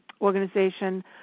organization